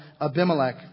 Abimelech